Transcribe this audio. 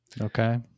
okay